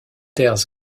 terres